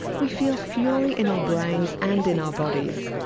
we feel fury in our brains and in our bodies,